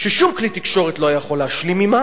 ששום כלי תקשורת לא היה יכול להשלים עמה,